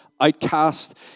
outcast